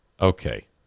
Okay